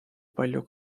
palju